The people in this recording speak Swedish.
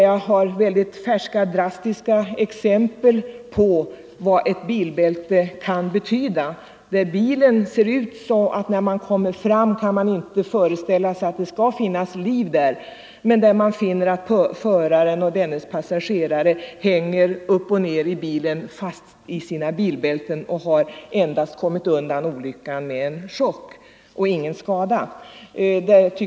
Jag har mycket färska och drastiska exempel på vad bilbälten kan betyda — fall där man av bilens utseende efter olyckan att döma inte kunnat föreställa sig att det fanns någon överlevande men där man finner att föraren och hans passagerare hänger upp och ner Nr 125 i sina bilbälten och kommit undan olyckan endast med en chock och Onsdagen den utan skador.